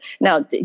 Now